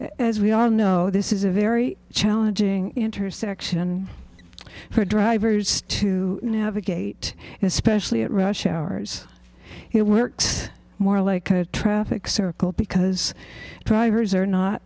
as we all know this is a very challenging intersection for drivers to navigate especially at rush hours it works more like a traffic circle because drivers are not